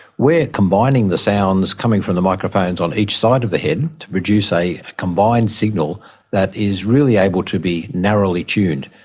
we're combing the sounds coming from the microphones on each side of the head to produce a combined signal that is really able to be narrowly tuned.